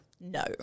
No